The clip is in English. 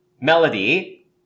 melody